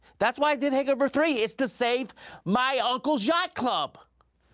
that's why i did hangover three, it's to save my uncle's yacht club!